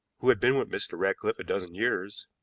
who had been with mr. ratcliffe a dozen years,